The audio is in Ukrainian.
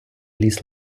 ліс